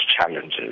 challenges